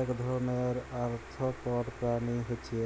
এক ধরণের আর্থ্রপড প্রাণী হচ্যে